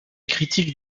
critique